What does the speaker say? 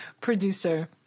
producer